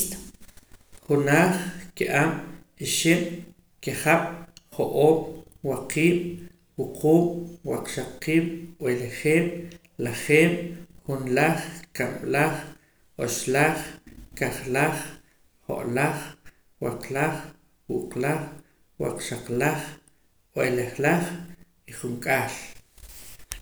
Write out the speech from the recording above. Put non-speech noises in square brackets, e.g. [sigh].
[noise] junaj kie'ab' ixib' kiejab' jo'oob' waqiib' wuquub' waqxaqiib' b'uelejeeb' lajeeb' junlaj kab'laj oxlaj kajlaj jo'laj waqlaj wuqlaj waqxaqlaj b'uelejlaj y junk'al